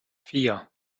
vier